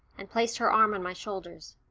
and placed her arm on my shoulders.